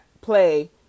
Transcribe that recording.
play